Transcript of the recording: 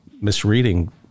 misreading